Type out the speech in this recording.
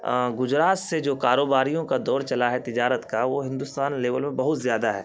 گجرات سے جو کاروباریوں کا دور چلا ہے تجارت کا وہ ہندوستان لیول میں بہت زیادہ ہے